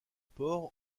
pores